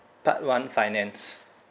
part one finance